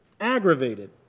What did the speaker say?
aggravated